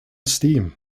steam